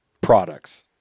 products